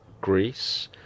greece